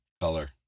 color